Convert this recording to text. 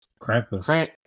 Krampus